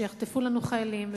שיחטפו לנו חיילים,